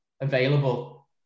available